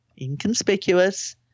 inconspicuous